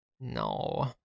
No